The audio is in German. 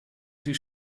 sie